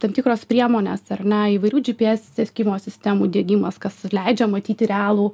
tam tikros priemonės ar ne įvairių gps sekimo sistemų diegimas kas leidžia matyti realų